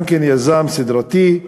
גם כן יזם סדרתי,